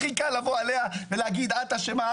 הכי קל לבוא אליה ולהגיד שהיא אשמה.